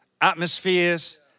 Atmospheres